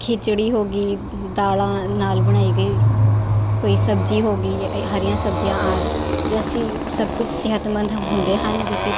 ਖਿਚੜੀ ਹੋ ਗਈ ਦਾਲਾਂ ਨਾਲ ਬਣਾਈ ਗਈ ਕੋਈ ਸਬਜ਼ੀ ਹੋ ਗਈ ਹਰੀਆਂ ਸਬਜ਼ੀਆਂ ਆਦਿ ਇਹ ਅਸੀਂ ਸਭ ਕੁਛ ਸਿਹਤਮੰਦ ਹੁੰਦੇ ਹਨ ਜੋ ਕਿ